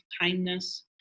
kindness